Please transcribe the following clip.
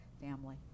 family